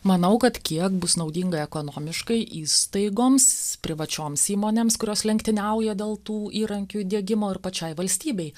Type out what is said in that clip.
manau kad kiek bus naudinga ekonomiškai įstaigoms privačioms įmonėms kurios lenktyniauja dėl tų įrankių diegimo ir pačiai valstybei